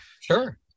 Sure